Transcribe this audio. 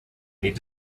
need